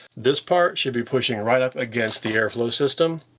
this part should be pushing right up against the airflow system.